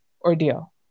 ordeal